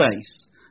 space